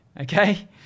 okay